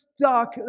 stuck